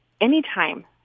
Anytime